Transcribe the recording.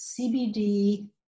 CBD